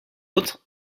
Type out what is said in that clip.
autres